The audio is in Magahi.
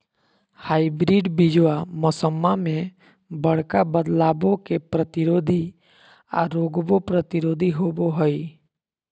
हाइब्रिड बीजावा मौसम्मा मे बडका बदलाबो के प्रतिरोधी आ रोगबो प्रतिरोधी होबो हई